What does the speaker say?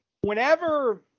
whenever